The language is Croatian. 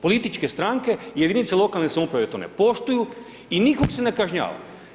Političke stranke, jedinice lokalne samouprave to ne poštuju, i nikog se ne kažnjava.